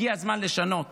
הגיע הזמן לשנות